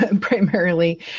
primarily